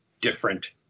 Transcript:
different